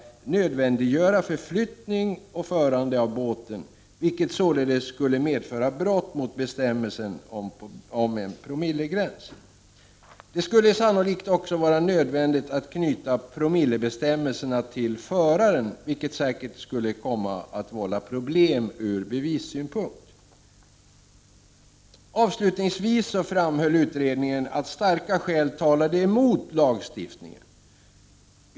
nödvändiggöra förflyttning och förande av båten, vilket således skulle medföra brott mot bestämmelsen om promillegräns. Det skulle sannolikt också vara nödvändigt att knyta promillebestämmelser till föraren, vilket säkert skulle komma att vålla problem ur bevissynpunkt.” Avslutningsvis framhöll utredningen att starka skäl talade emot lagstiftningen.